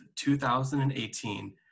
2018